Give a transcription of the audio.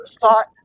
thought